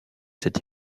cet